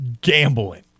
gambling